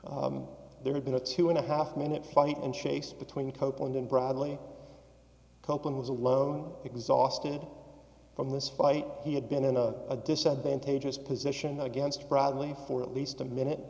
there had been a two and a half minute flight and chase between copeland and bradley copeland was alone exhausted from this fight he had been in a disadvantageous position against bradley for at least a minute